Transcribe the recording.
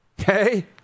Okay